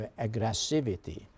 aggressivity